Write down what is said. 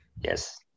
Yes